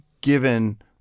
given